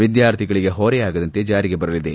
ವಿದ್ಯಾರ್ಥಿಗಳಿಗೆ ಹೊರೆಯಾಗದಂತೆ ಜಾರಿಗೆ ಬರಲಿದೆ